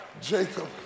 Jacob